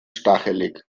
stachelig